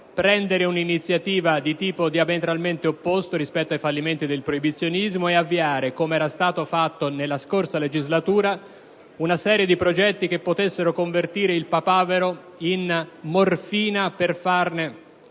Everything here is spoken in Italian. prendere un'iniziativa di carattere diametralmente opposto rispetto ai fallimenti del proibizionismo e avviare, come era stato fatto nella scorsa legislatura, una serie di progetti che potessero convertire il papavero in morfina, per farne